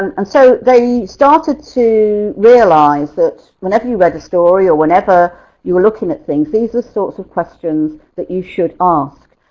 and and so, they started to realize that whenever you read the story or whenever you were looking at things. these are the sort of questions that you should ask.